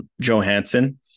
Johansson